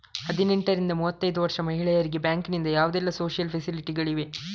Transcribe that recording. ಹದಿನೆಂಟರಿಂದ ಮೂವತ್ತೈದು ವರ್ಷ ಮಹಿಳೆಯರಿಗೆ ಬ್ಯಾಂಕಿನಲ್ಲಿ ಯಾವುದೆಲ್ಲ ಸೋಶಿಯಲ್ ಫೆಸಿಲಿಟಿ ಗಳಿವೆ?